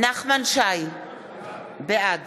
בעד